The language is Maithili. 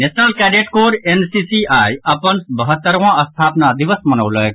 नेशनल कैडेट कोर एनसीसी आइ अपन बहत्तरवाँ स्थापना दिवस मनौलक